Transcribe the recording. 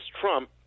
Trump